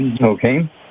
Okay